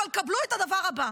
אבל קבלו את הדבר הבא: